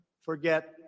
forget